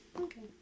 Okay